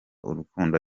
urukundo